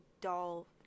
doll